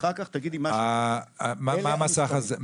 אחר כך תגידי מה שאת --- מה המסך הזה?